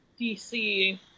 DC